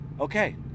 Okay